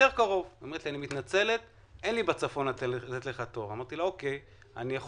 היא אמרה שאין לה לתת לי תור בצפון.